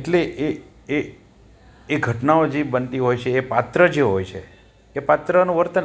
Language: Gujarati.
એટલે એ એ એ ઘટનાઓ જે બનતી હોય છે એ પાત્ર જે હોય છે એ પાત્રનું વર્તન